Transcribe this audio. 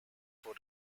for